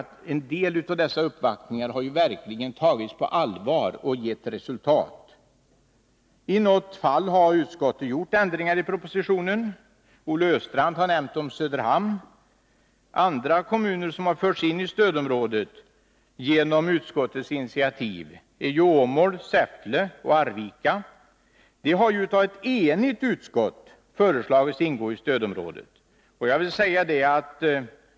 En del av dessa uppvaktningar har verkligen tagits på allvar och gett resultat. I något fall har utskottet förordat ändringar i propositionen. Olle Östrand har nämnt Söderhamn. Andra kommuner som har förts in i stödområdet genom utskottets initiativ är Åmål, Säffle och Arvika. De har av ett enigt utskott föreslagits ingå i stödområdet.